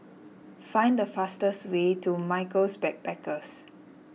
find the fastest way to Michaels Backpackers